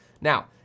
Now